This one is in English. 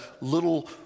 little